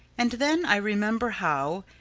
and then i remember how,